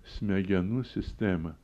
smegenų sistemą